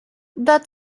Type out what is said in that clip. that